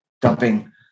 dumping